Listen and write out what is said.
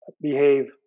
behave